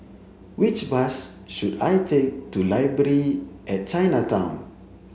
which bus should I take to Library at Chinatown